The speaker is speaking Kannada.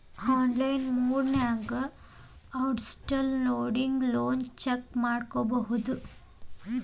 ಆನ್ಲೈನ್ ಮೊಡ್ನ್ಯಾಗ ಔಟ್ಸ್ಟ್ಯಾಂಡಿಂಗ್ ಲೋನ್ ಚೆಕ್ ಮಾಡಬೋದು